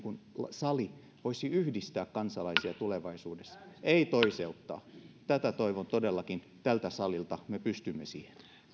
sali voisi tulevaisuudessa yhdistää kansalaisia ei toiseuttaa tätä toivon todellakin tältä salilta me pystymme siihen